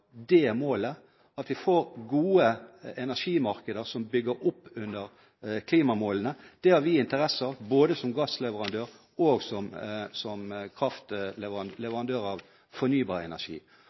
det målet, og at vi får gode energimarkeder som bygger opp under klimamålene. Det har vi interesse av, både som gassleverandør og som leverandør av fornybar energi.